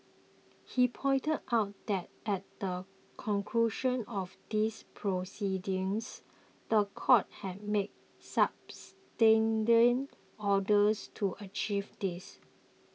he pointed out that at the conclusion of these proceedings the court had made substantial orders to achieve this